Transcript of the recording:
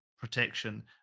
protection